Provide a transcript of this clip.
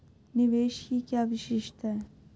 निवेश की क्या विशेषता है?